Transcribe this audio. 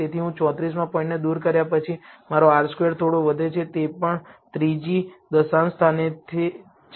તેથી હું 34 મા પોઇન્ટને દૂર કર્યા પછી મારો R સ્ક્વેર્ડ થોડો વધે છે તે પણ 3 જી દશાંશ સ્થાનેથી છે